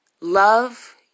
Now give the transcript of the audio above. Love